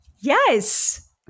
Yes